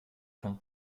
von